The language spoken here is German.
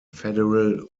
federal